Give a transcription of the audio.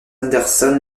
anderson